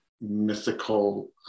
mythical